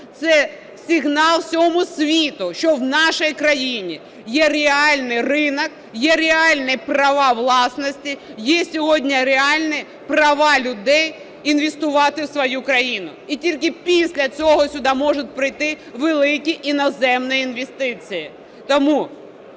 це сигнал всьому світу, що у нашій країні є реальний ринок, є реальні права власності, є сьогодні реальні права людей інвестувати в свою країну, і тільки після цього сюди можуть прийти великі іноземні інвестиції.